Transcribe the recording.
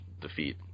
defeat